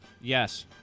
Yes